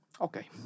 Okay